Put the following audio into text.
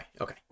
okay